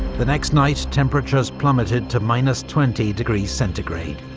the next night temperatures plummeted to minus twenty degrees centigrade.